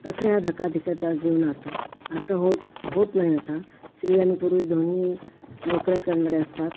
तसं या धकाधकीच्या जीवनात असं होत होत नाही आता स्त्री आणि पुरुष दोन्ही नोकऱ्या करणारे असतात